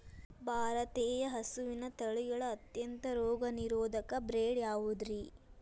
ಭಾರತೇಯ ಹಸುವಿನ ತಳಿಗಳ ಅತ್ಯಂತ ರೋಗನಿರೋಧಕ ಬ್ರೇಡ್ ಯಾವುದ್ರಿ?